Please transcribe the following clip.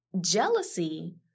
Jealousy